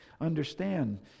understand